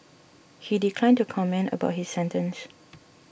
he declined to comment about his sentence